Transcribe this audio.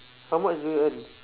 how much do you earn